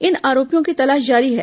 इन आरोपियों की तलाश जारी है